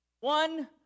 One